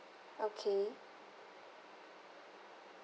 okay